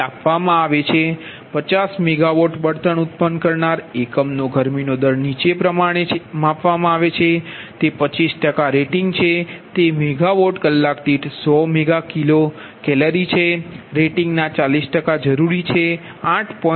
તેથી તે આપવામાં આવે છે 50 મેગા વોટ બળતણ ઉત્પન્ન કરનાર એકમનો ગરમીનો દર નીચે પ્રમાણે માપવામાં આવે છે તે 25 રેટિંગ છે તે મેગા વોટ કલાક દીઠ 10 મેગા કેલરી જરૂરી છે રેટિંગના 40 જરૂરી છે 8